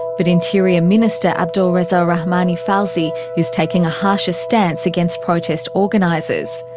but interior minister abdolreza rahmani fazli is taking a harsher stance against protest organisers.